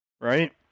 Right